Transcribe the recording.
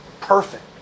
perfect